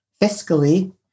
fiscally